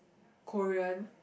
Korean